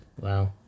Wow